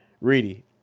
Reedy